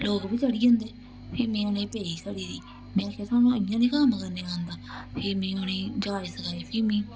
लोक बी चढ़ी जंदे फ्ही में उ'नेंगी पेई सड़ी दी में आखेआ थुआनू इ'यां नि कम्म करने गी आंदा फ्ही में उ'नेंगी जाच सखाई फ्ही में